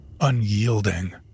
unyielding